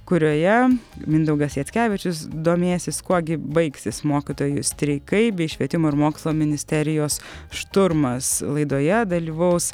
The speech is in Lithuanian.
kurioje mindaugas jackevičius domėsis kuo gi baigsis mokytojų streikai bei švietimo ir mokslo ministerijos šturmas laidoje dalyvaus